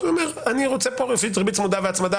אז הוא אומר שהוא רוצה כאן ריבית צמודה והצמדה